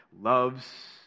Loves